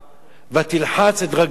ותלחץ את רגלו אל הקיר.